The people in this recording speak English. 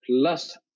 plus